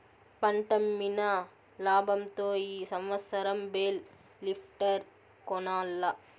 పంటమ్మిన లాబంతో ఈ సంవత్సరం బేల్ లిఫ్టర్ కొనాల్ల